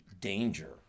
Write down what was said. danger